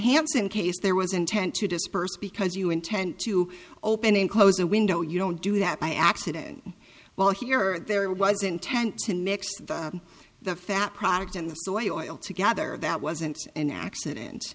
hanssen case there was intent to disperse because you intend to open and close a window you don't do that by accident while here or there was intent to mix the fat product in the soil together that wasn't an accident